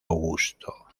augusto